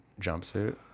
jumpsuit